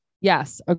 yes